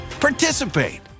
participate